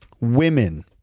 women